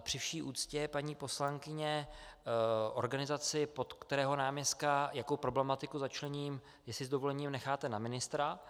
Při vší úctě, paní poslankyně, organizaci, pod kterého náměstka jakou problematiku začleněním, jestli s dovolením necháte na ministra.